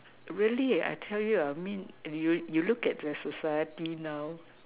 really I tell you err mean you you look at the society now